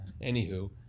Anywho